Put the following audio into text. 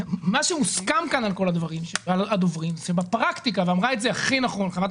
שמה שהוסכם כאן על כל הדוברים שבפרקטיקה ואמרה את זה הכי נכון חברת